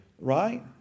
right